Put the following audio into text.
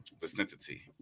vicinity